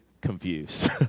confused